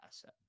asset